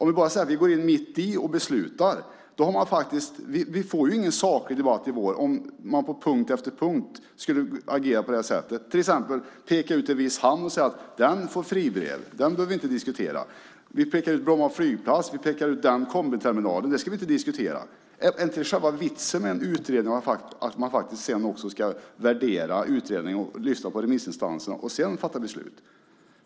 Vi får ju ingen saklig debatt i vår om vi bara går in mitt i och beslutar på punkt efter punkt, till exempel pekar ut en viss hamn och säger att den får fribrev, den behöver vi inte diskutera, eller pekar ut Bromma flygplats och en kombiterminal - det ska vi inte diskutera. Är inte själva vitsen med en utredning att man faktiskt också ska värdera den och lyssna på remissinstanserna och först därefter fatta beslut?